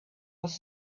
was